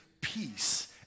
peace